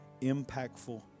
impactful